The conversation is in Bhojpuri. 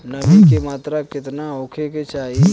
नमी के मात्रा केतना होखे के चाही?